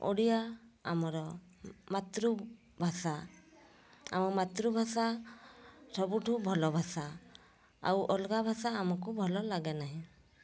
ଓଡ଼ିଆ ଆମର ମାତୃଭାଷା ଆମ ମାତୃଭାଷା ସବୁଠୁ ଭଲ ଭାଷା ଆଉ ଅଲଗା ଭାଷା ଆମକୁ ଭଲ ଲାଗେ ନାହିଁ